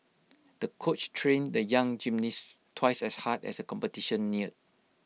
the coach trained the young gymnast twice as hard as the competition neared